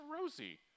Rosie